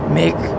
make